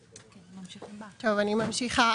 אני ממשיכה.